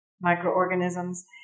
microorganisms